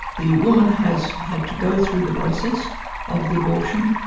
the woman has had to go through the process of the abortion.